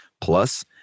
Plus